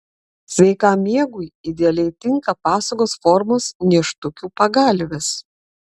sveikam miegui idealiai tinka pasagos formos nėštukių pagalvės